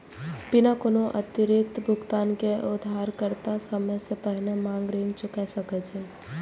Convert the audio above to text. बिना कोनो अतिरिक्त भुगतान के उधारकर्ता समय सं पहिने मांग ऋण चुका सकै छै